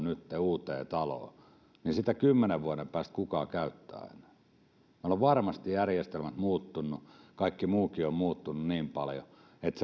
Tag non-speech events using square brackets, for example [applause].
[unintelligible] nytten työnnämme uuteen taloon kymmenen vuoden päästä kukaan käyttää enää meillä ovat varmasti järjestelmät muuttuneet ja kaikki muukin on muuttunut niin paljon että [unintelligible]